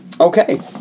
Okay